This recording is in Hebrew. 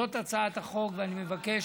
זאת הצעת החוק, ואני מבקש,